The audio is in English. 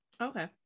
Okay